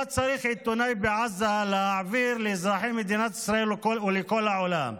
מה צריך עיתונאי בעזה להעביר לאזרחי מדינת ישראל או לכל העולם,